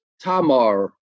Tamar